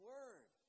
Word